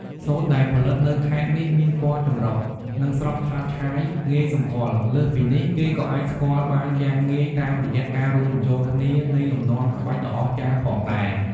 សូត្រដែលផលិតនៅខេត្តនេះមានពណ៌ចម្រុះ និងស្រស់ឆើតឆាយងាយសម្គាល់ លើសពីនេះ គេក៏អាចស្គាល់បានយ៉ាងងាយតាមរយៈការរួមបញ្ចូលគ្នានៃលំនាំក្បាច់ដ៏អស្ចារ្យផងដែរ។